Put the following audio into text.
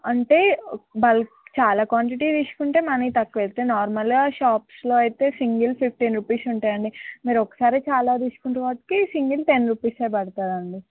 అంటే బల్క్ చాలా క్వాంటిటీ తీసుకుంటే మనీ తక్కువ చెప్తాం నార్మల్గా షాప్స్లో అయితే సింగిల్ ఫిఫ్టీన్ రూపీస్ ఉంటాయండి మీరు ఒక్కసారే చాలా తీసుకుంటున్నారు కాబట్టి సింగిల్ టెన్ రూపీసే పడుతుందండి